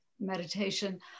meditation